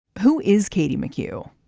who is katie mccue?